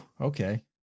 okay